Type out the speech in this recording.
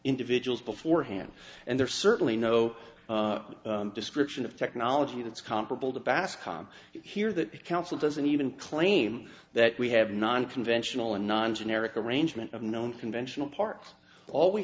individuals beforehand and there's certainly no description of technology that's comparable to bass com here that council doesn't even claim that we have nonconventional and non generic arrangement of known conventional parts all we